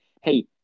Hey